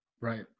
Right